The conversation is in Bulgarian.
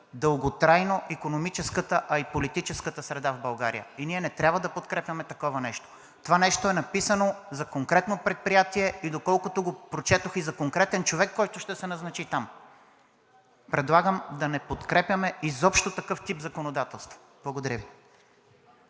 дълготрайно икономическата, а и политическата среда в България и ние не трябва да подкрепяме такова нещо. Това нещо е написано за конкретно предприятие и доколкото го прочетох, и за конкретен човек, който ще се назначи там. Предлагам да не подкрепяме изобщо такъв тип законодателство. Благодаря Ви.